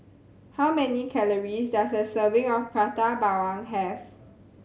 how many calories does a serving of Prata Bawang have